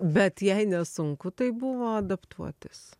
bet jei ne sunku tai buvo adaptuotis